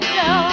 no